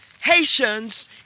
Haitians